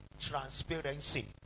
transparency